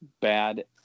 bad